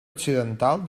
occidental